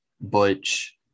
Butch